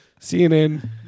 CNN